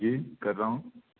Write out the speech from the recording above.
जी कर रहा हूँ